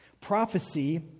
Prophecy